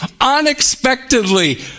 unexpectedly